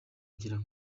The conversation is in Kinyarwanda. gira